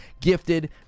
gifted